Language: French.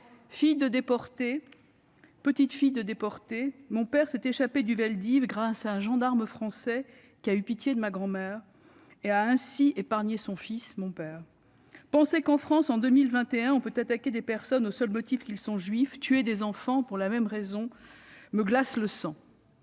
République. Je suis petite-fille de déportés ; mon père s'est échappé du Vel d'Hiv grâce à un gendarme français qui a eu pitié de ma grand-mère et a ainsi épargné son fils ... mon père. Penser qu'en France, en 2021, on peut attaquer des personnes au seul motif qu'elles sont juives, et tuer des enfants pour les mêmes motifs, me glace le sang.